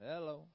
Hello